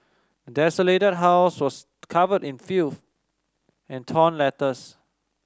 desolated house was covered in filth and torn letters